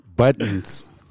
Buttons